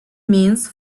means